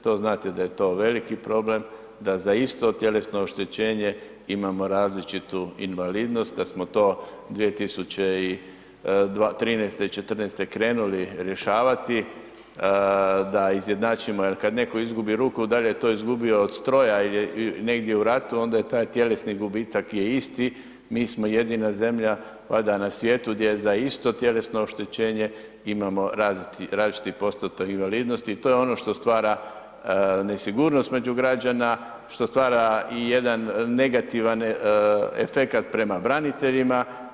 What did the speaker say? To znate da je to veliki problem, da za isto tjelesno oštećenje imamo različitu invalidnost, da smo 2013. i '14. krenuli rješavati da izjednačimo jer kad neko izgubi ruku dal je to izgubio od stroja ili negdje u ratu, onda je taj tjelesni gubitak je isti, mi smo jedina zemlja valjda na svijetu gdje za isto tjelesno oštećenje imamo različiti postotak invalidnosti i to je ono što stvara nesigurnost među građana, što stvara i jedan negativan efekat prema braniteljima.